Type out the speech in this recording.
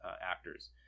actors